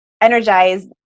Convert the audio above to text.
energized